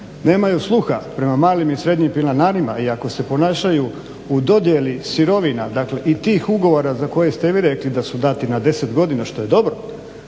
nemaju sluha prema malim i srednjim pilanarima i ako se ponašaju u dodjeli sirovina i tih ugovora za koje ste vi rekli da su dati na 10 godina što je dobro,